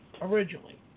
originally